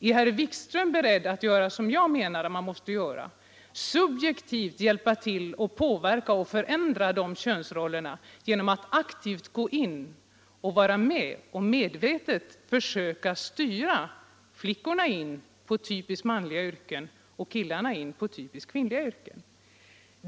Är herr Wikström beredd att göra det som jag menar att man måste göra, nämligen subjektivt hjälpa till att påverka och förändra könsrollerna genom att aktivt gå in och medvetet försöka styra flickorna in på typiskt manliga yrken och killarna in på typiskt kvinnliga yrken?